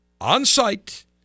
on-site